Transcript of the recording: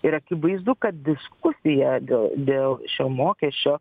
ir akivaizdu kad diskusija dėl dėl šio mokesčio